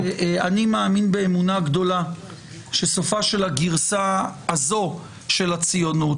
ואני מאמין באמונה גדולה שסופה של הגרסה הזו של הציונות,